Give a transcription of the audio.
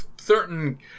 certain